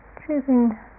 choosing